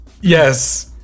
Yes